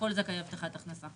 לכל זכאי הבטחת הכנסה.